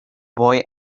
boy